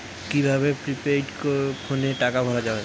কি ভাবে প্রিপেইড ফোনে টাকা ভরা হয়?